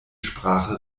sprache